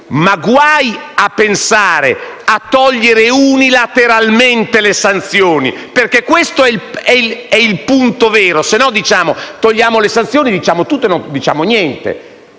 ma guai a pensare di togliere unilateralmente le sanzioni, perché questo è il punto vero, altrimenti, dicendo che togliamo le sanzioni, diciamo tutto e non diciamo niente.